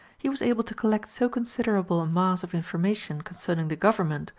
he was able to collect so considerable a mass of information concerning the government,